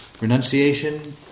Renunciation